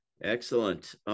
Excellent